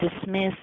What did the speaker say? dismiss